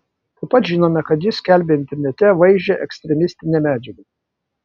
taip pat žinome kad jis skelbė internete vaizdžią ekstremistinę medžiagą